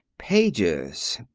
pages?